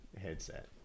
headset